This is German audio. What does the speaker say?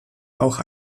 auch